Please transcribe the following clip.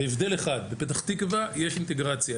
בהבדל אחד: בפתח תקווה יש אינטגרציה,